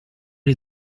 les